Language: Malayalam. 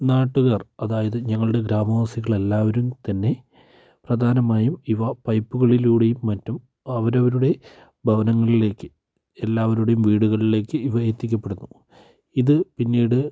നാട്ടുകാർ അതായത് ഞങ്ങളുടെ ഗ്രാമവാസികൾ എല്ലാവരും തന്നെ പ്രധാനമായും ഇവ പൈപ്പുകളിലൂടെയും മറ്റും അവരവരുടെ ഭവനങ്ങളിലേക്ക് എല്ലാവരുടെയും വീടുകളിലേക്ക് ഇവ എത്തിക്കപ്പെടുന്നു ഇത് പിന്നീട്